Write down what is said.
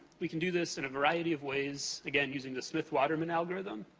we can do this in a variety of ways, again, using the smith-waterman algorithm.